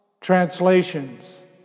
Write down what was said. translations